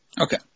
Okay